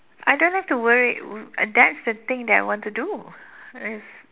I don't like to worry that's the thing that I want to do it's